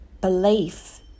belief